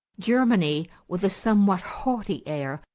germany, with a somewhat haughty air,